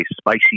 spicy